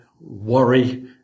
worry